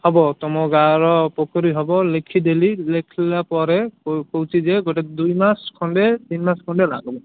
ହେବ ତୁମ ଗାଁର ପୋଖରୀ ହେବ ଲେଖିଦେଲି ଲେଖିଲା ପରେ କହୁଛି ଯେ ଗୋଟେ ଦୁଇମାସ ଖଣ୍ଡେ ତିନ୍ ମାସ ଖଣ୍ଡେ ଲାଗିବ